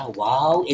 wow